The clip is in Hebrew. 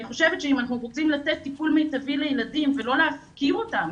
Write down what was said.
אני חושבת שאם אנחנו רוצים לתת טיפול מיטבי לילדים ולא להפקיר אותם